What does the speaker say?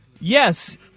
Yes